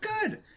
good